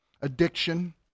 addiction